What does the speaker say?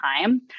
time